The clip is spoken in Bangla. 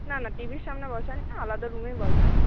না না টিভির সামনে বসাই না আলাদা রুমে বসাই